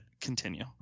continue